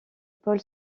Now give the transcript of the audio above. pôle